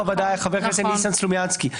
הוועדה היה חבר הכנסת ניסן סלומינסקי,